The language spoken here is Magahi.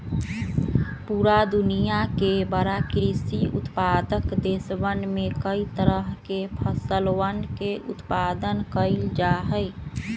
पूरा दुनिया के बड़ा कृषि उत्पादक देशवन में कई तरह के फसलवन के उत्पादन कइल जाहई